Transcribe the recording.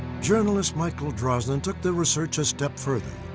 journalist michael drosnin took the research a step further.